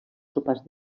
sopars